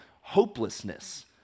hopelessness